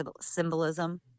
symbolism